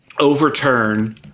overturn